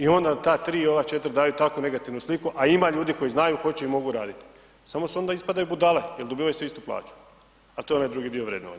I onda ta 3 i ova 4 daju tako negativnu sliku a ima ljudi koji znaju, hoće i mogu raditi samo su onda ispadaju budale jer dobivaju svi istu plaću, al to je onaj drugi dio vrednovanja.